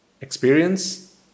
experience